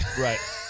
Right